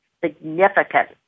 significant